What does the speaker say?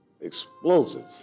explosive